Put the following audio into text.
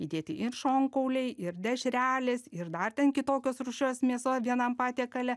įdėti ir šonkauliai ir dešrelės ir dar ten kitokios rūšies mėsa vienam patiekale